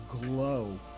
glow